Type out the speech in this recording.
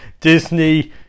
Disney